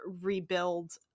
rebuild